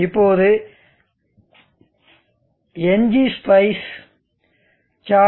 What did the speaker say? இப்போது ngspice charger